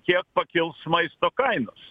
kiek pakils maisto kainos